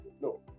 no